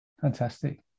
Fantastic